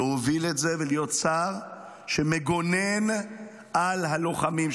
להוביל את זה ולהיות שר שמגונן על הלוחמים,